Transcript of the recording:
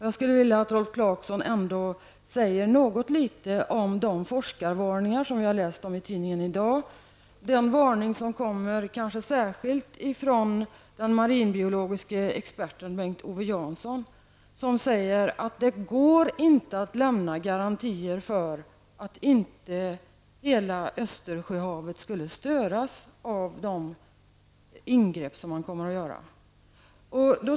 Jag skulle vilja att Rolf Clarkson ändå säger något litet om de forskarvarningar som vi har läst om i tidningen i dag, kanske särskilt den varning som kommer från den marinbiologiska experten Bengt Owe Jansson, som säger att det inte går att lämna garantier för att inte hela Östersjöhavet skulle störas av de ingrepp som man kommer att göra.